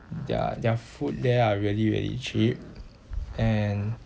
their their food there are really really cheap and